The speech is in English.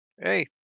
hey